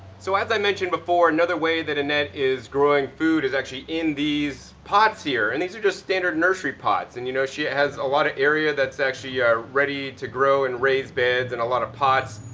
so as i mentioned before, another way that anette is growing food is actually in these pots here. and these are just standard nursery pots. and, you know, she has a lot of area that's actually yeah ready to grow and raised beds and a lot of pots.